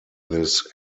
this